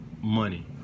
money